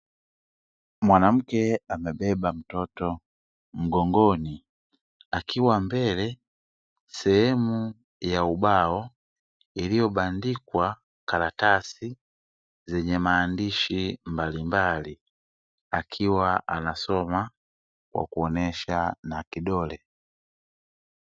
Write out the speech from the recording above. Mwanamke amebeba mtoto mgongoni, akiwa mbele sehemu ya ubao iliyobandikwa karatasi zenye maandishi mbalimbali. Akiwa anasoma kwa kuonesha na kidole.